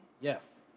Yes